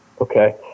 Okay